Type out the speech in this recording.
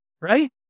Right